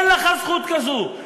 אין לך זכות כזאת,